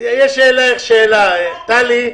--- יש אלייך שאלה, טלי.